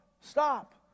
stop